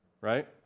right